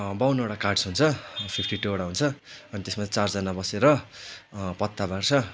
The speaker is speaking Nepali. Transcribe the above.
बाउन्नवटा कार्ड्स हुन्छ फिफ्टी टू वटा हुन्छ अनि त्यसमा चारजना बसेर पत्ता बाँड्छ